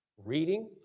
reading,